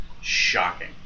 Shocking